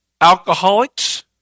Alcoholics